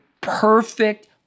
perfect